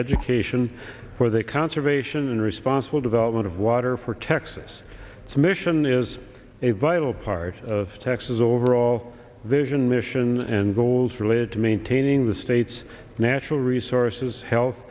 education for the conservation and responsible development of water for texas its mission is a vital part of texas overall vision mission and goals related to maintaining the state's natural resources health